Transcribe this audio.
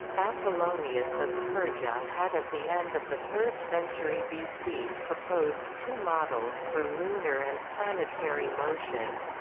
apollonius of perga had at the end of the third century bc proposed two models for lunar and planetary motion